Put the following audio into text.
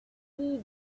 ski